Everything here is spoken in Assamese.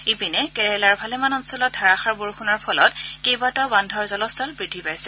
ইপিনে কেৰালাৰ ভালেমান অঞ্চলত ধাৰাসাৰ বৰষুণৰ ফলত কেইবাটাও বান্ধৰ জলস্তৰ বৃদ্ধি পাইছে